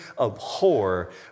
abhor